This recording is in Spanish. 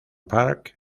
park